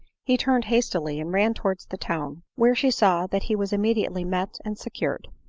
he turned hastily and ran towards the town, where she saw that he was immediately met and secured.